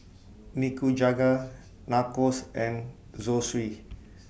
Nikujaga Nachos and Zosui